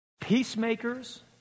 Peacemakers